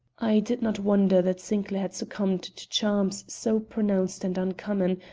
i did not wonder that sinclair had succumbed to charms so pronounced and uncommon,